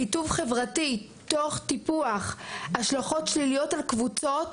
קיטוב חברתי תוך טיפוח השלכות שליליות על קבוצות